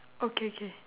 okay okay